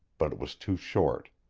but it was too short.